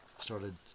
started